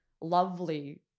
lovely